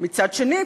מצד שני,